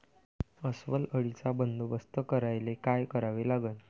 अस्वल अळीचा बंदोबस्त करायले काय करावे लागन?